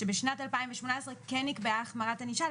שבשנת 2018 כן נקבעה החמרת ענישה,